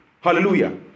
Hallelujah